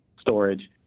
storage